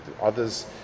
others